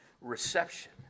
reception